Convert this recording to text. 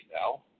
now